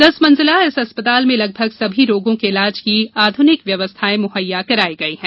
दस मंजिला इस अस्पताल में लगभग सभी रोगों के इलाज की आधूनिक व्यवस्थाएं मुहैया करायी गयी हैं